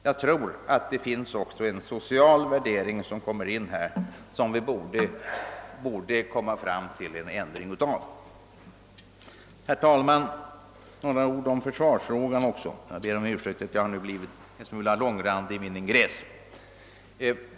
Jag tror att det även här finns en social värdering som vi borde ändra på. Herr talman! Jag vill också säga några ord om försvarsfrågan. Jag ber om ursäkt att jag blivit en smula mångordig i min ingress.